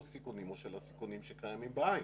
הסיכונים או של הסיכונים שקיימים בעין.